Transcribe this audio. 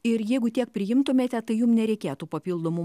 ir jeigu tiek priimtumėte tai jum nereikėtų papildomų